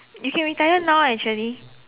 you can retire now actually